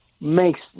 Makes